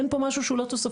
אין פה משהו שהוא לא תוספתי.